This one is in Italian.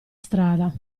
strada